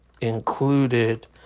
included